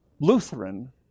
Lutheran